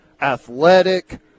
athletic